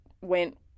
went